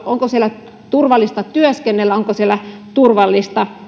onko siellä turvallista työskennellä onko siellä turvallista